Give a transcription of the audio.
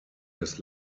des